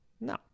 No